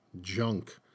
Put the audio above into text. junk